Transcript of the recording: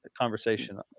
conversation